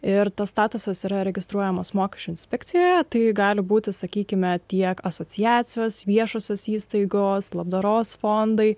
ir tas statusas yra registruojamas mokesčių inspekcijoje tai gali būti sakykime tiek asociacijos viešosios įstaigos labdaros fondai